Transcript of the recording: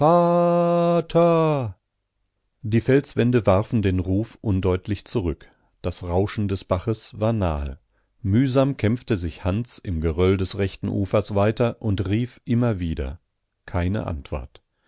die felswände warfen den ruf undeutlich zurück das rauschen des baches war nahe mühsam kämpfte sich hans im geröll des rechten ufers weiter und rief immer wieder keine antwort